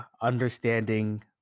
understanding